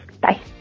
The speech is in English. bye